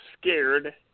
scared